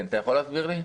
אתה יכול להסביר לי?